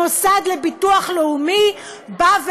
המוסד לביטוח לאומי אומר: